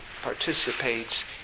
participates